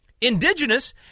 indigenous